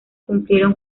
cumplieron